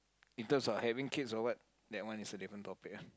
in terms of having kids or what that one is a different topic lah